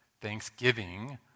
thanksgiving